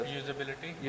usability